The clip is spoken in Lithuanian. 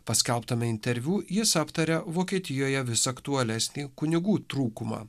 paskelbtame interviu jis aptarė vokietijoje vis aktualesnį kunigų trūkumą